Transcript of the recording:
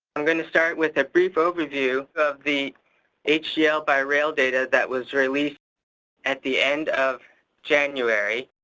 i'm going to start with a brief overview of the hgl-by-rail data that was released at the end of january.